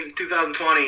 2020